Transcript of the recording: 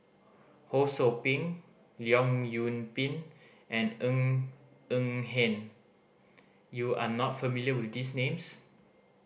Ho Sou Ping Leong Yoon Pin and Ng Eng Hen you are not familiar with these names